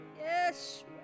Yes